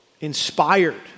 inspired